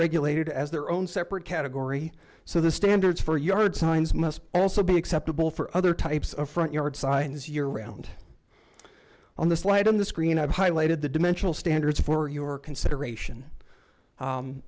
regulated as their own separate category so the standards for yard signs must also be acceptable for other types of front yard signs year round on the slide on the screen have highlighted the dimensional standards for your consideration